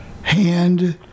hand